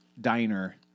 diner